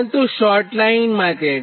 પરંતુ short line માટે 235